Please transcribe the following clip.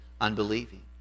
unbelieving